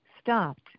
stopped